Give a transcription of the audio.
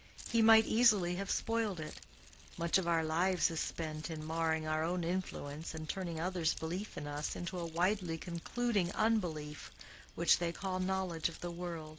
he might easily have spoiled it much of our lives is spent in marring our own influence and turning others' belief in us into a widely concluding unbelief which they call knowledge of the world,